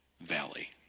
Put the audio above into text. valley